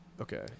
okay